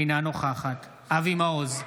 אינה נוכחת אבי מעוז,